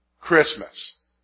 Christmas